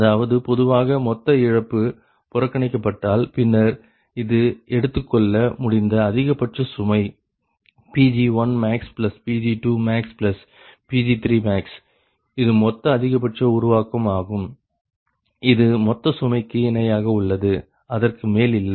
அதாவது பொதுவாக மொத்த இழப்பு புறக்கணிக்கப்பட்டால் பின்னர் இது எடுத்துக்கொள்ள முடிந்த அதிகபட்ச சுமை Pg1maxPg2maxPg3max இது மொத்த அதிகபட்ச உருவாக்கம் ஆகும் இது மொத்த சுமைக்கு இணையாக உள்ளது அதற்கு மேல் இல்லை